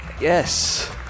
Yes